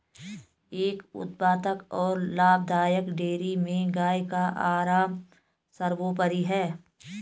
एक उत्पादक और लाभदायक डेयरी में गाय का आराम सर्वोपरि है